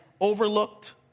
Overlooked